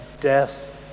death